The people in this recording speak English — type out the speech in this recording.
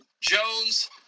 Jones